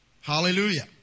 Hallelujah